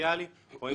דיפרנציאלי רואים